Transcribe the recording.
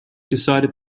decided